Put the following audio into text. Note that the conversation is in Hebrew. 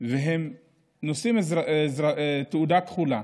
והם נושאים תעודה כחולה